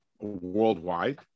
worldwide